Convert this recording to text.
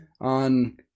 on